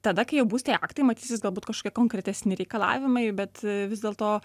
tada kai jau bus tie aktai matysis galbūt kažkokie konkretesni reikalavimai bet vis dėlto